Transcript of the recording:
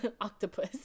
octopus